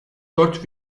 dört